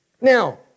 Now